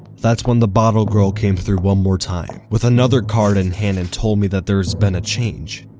that's when the bottle girl came through one more time, with another card in hand and told me that there's been a change.